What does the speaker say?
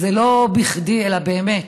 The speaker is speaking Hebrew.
זה לא בכדי אלא באמת,